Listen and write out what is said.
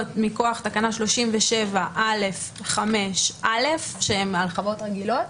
מכוח תקנה 37א(5)א שהן הרחבות רגילות,